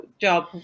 job